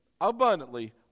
abundantly